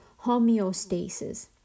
homeostasis